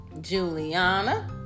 Juliana